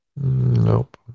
Nope